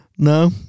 No